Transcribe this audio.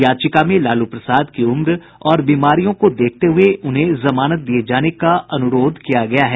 याचिका में लालू प्रसाद की उम्र और बीमारियों को देखते हुए उन्हें जमानत दिये जाने का अनुरोध किया गया है